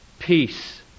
Peace